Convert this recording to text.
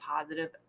positive